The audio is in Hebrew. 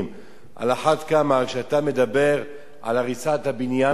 על אחת כמה כשאתה מדבר על הריסת הבניין כולו,